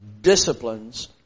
disciplines